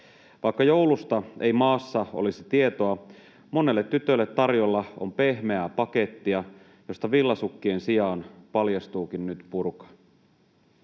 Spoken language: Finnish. Vaikka joulusta ei maassa olisi tietoa, monelle tytölle tarjolla on pehmeää pakettia, josta villasukkien sijaan paljastuukin nyt burka.